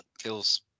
feels